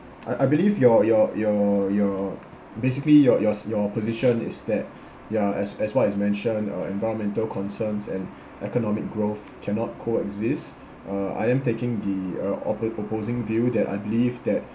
I I believe your your your your basically your yours your position is that ya as as what is mentioned uh environmental concerns and economic growth cannot coexist uh I am taking the uh awkward opposing view that I believe that